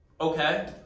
Okay